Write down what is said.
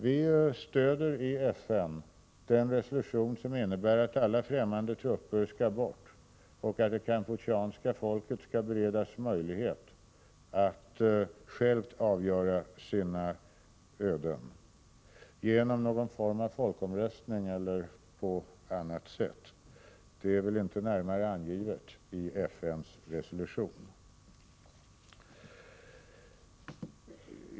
Vi stöder i FN den resolution som säger att alla främmande trupper skall bort och att det kampucheanska folket skall beredas möjlighet att självt avgöra sina öden — genom någon form av folkomröstning eller på annat sätt, som inte är närmare angivet i FN:s resolution.